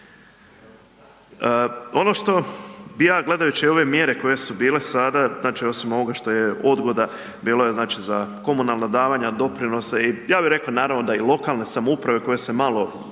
Ono što bi ja gledajući ove mjere koje su bile sada osim ovoga što je odgoda, bilo je za komunalna davanja, doprinose, ja bih rekao naravno da i lokalne samouprave koje se malo